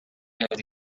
els